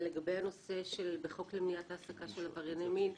לגבי הנושא של מניעת העסקת עברייני מין.